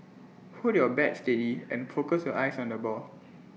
hold your bat steady and focus your eyes on the ball